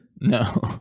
No